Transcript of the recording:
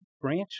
branch